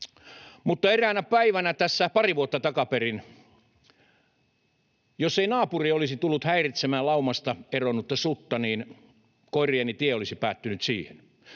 Eräänä päivänä tässä pari vuotta takaperin jos ei naapuri olisi tullut häiritsemään laumasta eronnutta sutta, niin koirieni tie olisi päättynyt siihen.